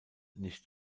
nicht